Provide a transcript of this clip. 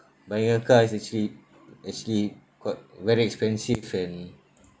buying a car is actually actually quite very expensive and